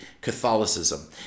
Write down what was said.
Catholicism